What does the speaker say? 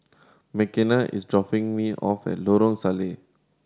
Mckenna is dropping me off at Lorong Salleh